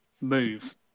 move